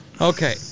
Okay